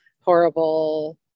horrible